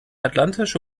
atlantische